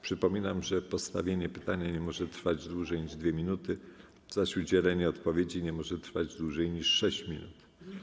Przypominam, że postawienie pytania nie może trwać dłużej niż 2 minuty, zaś udzielenie odpowiedzi nie może trwać dłużej niż 6 minut.